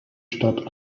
stadt